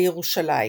בירושלים,